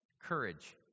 courage